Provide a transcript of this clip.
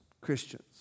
Christians